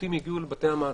שהשופטים יגיעו לבתי המעצר.